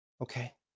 Okay